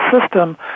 system